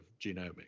genomics